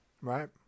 Right